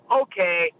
okay